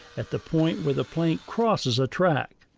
at the point where the plank crosses a track.